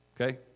Okay